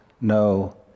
no